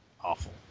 Awful